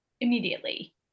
immediately